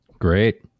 Great